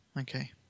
okay